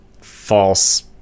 false